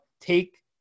take